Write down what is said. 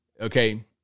Okay